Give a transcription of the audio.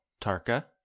Tarka